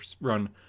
run